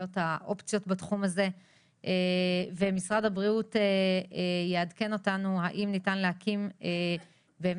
האופציות בתחום הזה ומשרד הבריאות יעדכן אותנו האם ניתן להקים באמת,